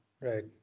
right